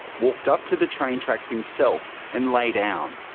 walked up to the train tracks himself and lay down,